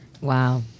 Wow